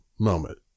moment